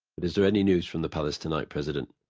but is there any news from the palace to-night, president?